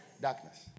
Darkness